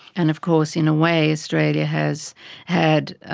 and of course in a way australia has had,